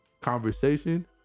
conversation